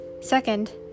Second